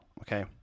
okay